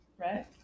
right